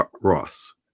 ross